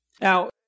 Now